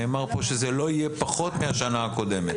נאמר פה שזה לא יהיה פחות מהשנה הקודמת.